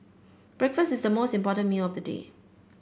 breakfast is the most important meal of the day